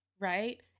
right